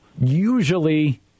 usually